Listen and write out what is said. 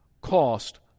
cost